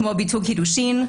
כמו ביטול קידושין,